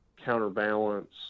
counterbalance